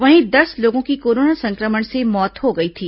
वहीं दस लोगों की कोरोना संक्रमण से मौत हो गई थी